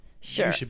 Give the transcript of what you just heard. sure